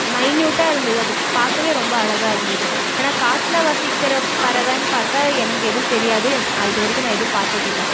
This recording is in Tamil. மைனியூட்டாக இருந்தது அது பார்க்கவே ரொம்ப அழகாக இருந்தது ஆனால் காட்டில் வசிக்கிற பறவைன்னு பார்த்தா எனக்கு எதுவும் தெரியாது நான் இது வரைக்கும் எதுவும் பார்த்தது இல்லை